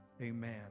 Amen